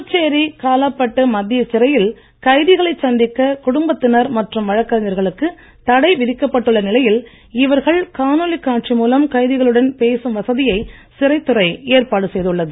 புதுச்சேரி காலாப்பட்டு மத்திய சிறையில் கைதிகளை சந்திக்க குடும்பத்தினர் மற்றும் வழக்கறிஞர்களுக்கு தடை விதிக்கப்பட்டுள்ள நிலையில் இவர்கள் காணொலி காட்சி மூலம் கைதிகளுடன் பேசும் வசதியை சிறைத் துறை ஏற்பாடு செய்துள்ளது